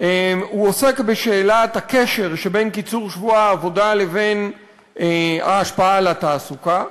ועוסק בשאלת הקשר שבין קיצור שבוע העבודה לבין ההשפעה על התעסוקה,